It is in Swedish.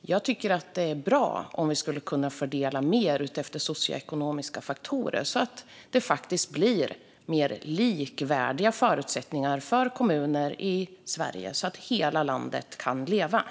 Jag tycker i stället att det skulle vara bra om vi skulle kunna fördela mer utifrån socioekonomiska faktorer, så att förutsättningarna för kommuner i Sverige blir mer likvärdiga och så att hela landet kan leva.